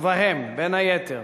ובהם, בין היתר,